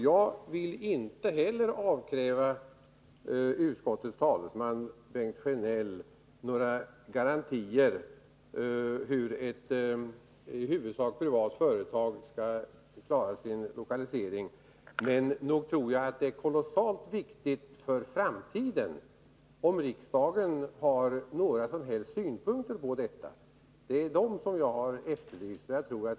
Jag vill inte avkräva utskottets talesman Bengt Sjönell några garantier för hur ett i huvudsak privatägt företag skall klara sin lokalisering. Men om riksdagen över huvud taget har några synpunkter på detta, tycker jag det är kolossalt viktigt för framtiden att dessa ges till känna. Det är detta jag har efterlyst.